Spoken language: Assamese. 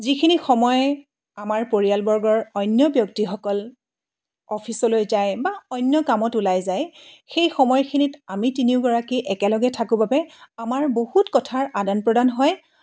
যিখিনি সময় আমাৰ পৰিয়ালবৰ্গৰ অন্য ব্যক্তিসকল অফিচলৈ যায় বা অন্য কামত ওলাই যায় সেই সময়খিনিত আমি তিনিওগৰাকী একেলগে থাকোঁ বাবে আমাৰ বহুত কথাৰ আদান প্ৰদান হয়